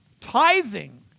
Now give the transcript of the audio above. tithing